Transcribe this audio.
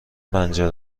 پنجره